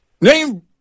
name